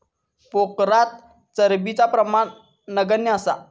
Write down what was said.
पोखरात चरबीचा प्रमाण नगण्य असा